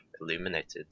illuminated